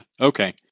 Okay